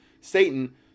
satan